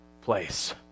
place